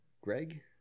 Greg